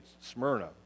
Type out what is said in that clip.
Smyrna